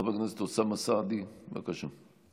חבר הכנסת אוסאמה סעדי, בבקשה.